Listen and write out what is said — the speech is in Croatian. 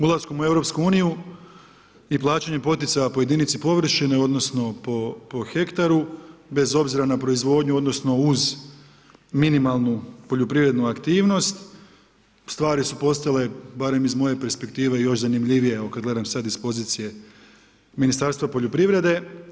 Ulaskom u EU i plaćanje poticanja po jedinici površine, odnosno po hektaru, bez obzira na proizvodnju, odnosno, uz minimalnu poljoprivrednu aktivnost, stvari su postale, barem iz moje perspektive još zanimljive, evo, kad gledam sad iz pozicije Ministarstva poljoprivrede.